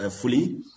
fully